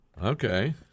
Okay